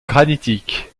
granitique